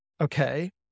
okay